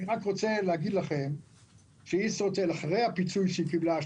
אני רוצה להגיד לכם שישרוטל אחרי הפיצוי שהיא קיבלה,